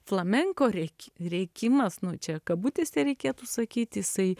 flamenko rėk rėkimas nu čia kabutėse reikėtų sakyti jisai